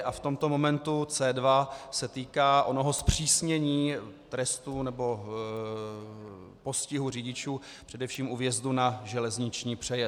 A v tomto momentu C2 se týká onoho zpřísnění trestů nebo postihu řidičů především u vjezdu na železniční přejezd.